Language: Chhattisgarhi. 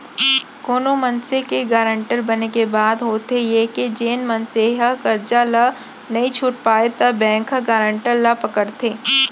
कोनो मनसे के गारंटर बने के बाद होथे ये के जेन मनसे ह करजा ल नइ छूट पावय त बेंक ह गारंटर ल पकड़थे